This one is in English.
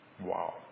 Wow